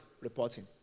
Reporting